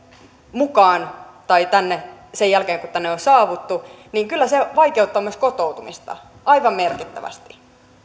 mukaan tai sen jälkeen kun tänne on saavuttu vaikeuttaa myös kotoutumista aivan merkittävästi